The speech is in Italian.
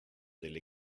delle